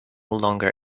longer